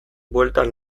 bueltan